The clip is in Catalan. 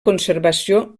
conservació